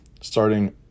starting